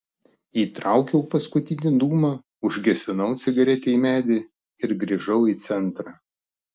įtraukiau paskutinį dūmą užgesinau cigaretę į medį ir grįžau į centrą